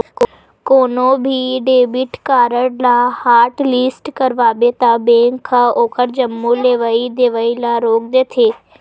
कोनो भी debit card ल हॉटलिस्ट करवाबे त बेंक ह ओखर जम्मो लेवइ देवइ ल रोक देथे